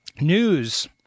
News